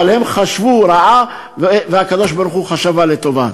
אבל הם חשבו רעה, והקדוש-ברוך-הוא חשבה לטובה.